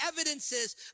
evidences